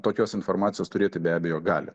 tokios informacijos turėti be abejo gali